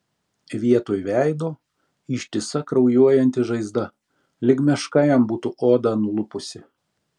vietoj veido ištisa kraujuojanti žaizda lyg meška jam būtų odą nulupusi